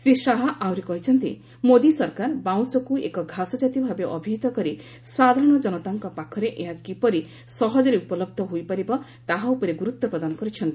ଶ୍ରୀ ଶାହା ଆହୁରି କହିଛନ୍ତି ମୋଦି ସରକାର ବାଉଁଶକୁ ଏକ ଘାସ ଜାତୀୟ ଭାବେ ଅଭିହିତ କରି ସାଧାରଣ ଜନତାଙ୍କ ପାଖରେ ଏହା କିପରି ସହଜରେ ଉପଲହ୍ଧ ହୋଇପାରିବ ତାହା ଉପରେ ଗୁରୁତ୍ୱ ପ୍ରଦାନ କରିଛନ୍ତି